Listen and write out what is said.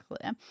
clear